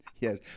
Yes